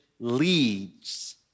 leads